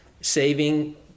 saving